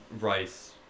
Rice